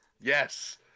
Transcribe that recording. Yes